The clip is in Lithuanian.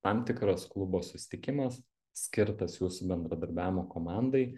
tam tikras klubo susitikimas skirtas jūsų bendradarbiavimo komandai